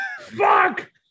Fuck